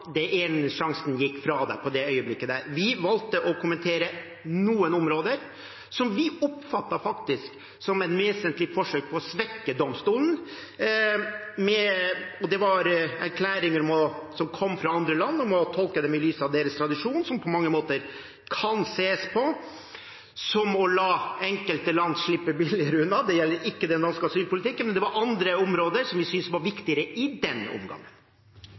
øyeblikket. Vi valgte å kommentere noen områder som vi oppfattet som vesentlige forsøk på å svekke domstolen. Det var erklæringer som kom fra andre land om å tolke dem i lys av deres tradisjon, noe som på mange måter kan ses på som å la enkelte land slippe billigere unna. Det gjaldt ikke den danske asylpolitikken, det var andre områder som vi syntes var viktigere i den omgangen.